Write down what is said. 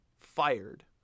fired